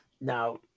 Now